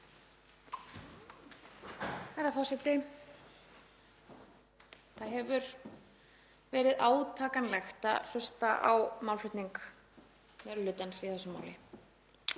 Það hefur verið átakanlegt að hlusta á málflutning minni hlutans í þessu máli.